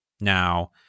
Now